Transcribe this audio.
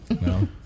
No